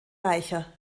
reicher